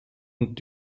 und